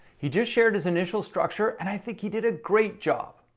he just shared his initial structure and i think he did a great job.